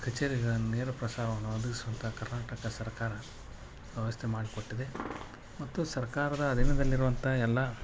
ಕಚೇರಿಗಳ ನೇರಪ್ರಸಾರವನ್ನು ಒದಗಿಸುವಂಥ ಕರ್ನಾಟಕ ಸರ್ಕಾರ ವ್ಯವಸ್ಥೆ ಮಾಡಿಕೊಟ್ಟಿದೆ ಮತ್ತು ಸರ್ಕಾರದ ಅಧೀನದಲ್ಲಿರುವಂಥ ಎಲ್ಲ